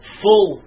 full